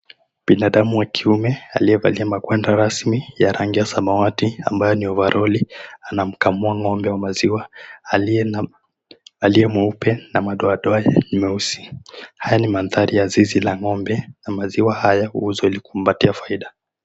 Binadamu wa kiume aliyevalia magwanda rasmi ya rangi ya samawati ambayo ni ovaroli anamkamua ng'ombe wa maziwa aliye mweupe na madoadoa ni meusi. Haya ni maandhari ya zizi la ng'ombe na maziwa haya huuzwa ilikumpatia chakula.